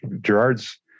Gerard's